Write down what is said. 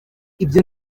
ibyo